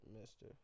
mister